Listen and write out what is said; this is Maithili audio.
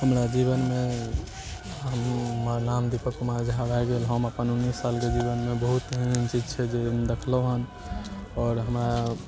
हमरा जीवनमे हमर नाम दीपक कुमार झा भए गेल हम अपन उन्नैस सालके जीवनमे बहुत एहन एहन चीज छै जे देखलहुँ हन आओर हमरा